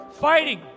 fighting